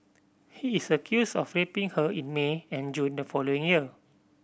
he is accused of raping her in May and June the following year